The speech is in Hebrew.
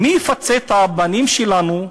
מי יפצה את הבנים שלנו?